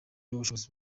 n’ubushobozi